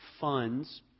funds